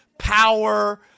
power